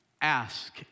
Ask